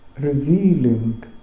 revealing